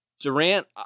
Durant